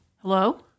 Hello